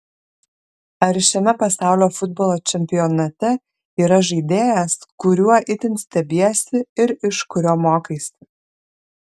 ar šiame pasaulio futbolo čempionate yra žaidėjas kuriuo itin stebiesi ir iš kurio mokaisi